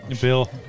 Bill